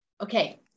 Okay